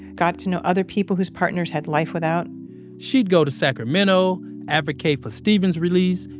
got to know other people whose partners had life without she'd go to sacramento, advocate for steven's release,